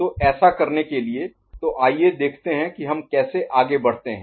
तो ऐसा करने के लिए तो आइए देखते हैं कि हम कैसे आगे बढ़ते हैं